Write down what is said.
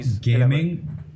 gaming